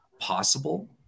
possible